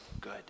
good